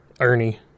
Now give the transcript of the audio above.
ernie